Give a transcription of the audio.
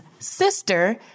sister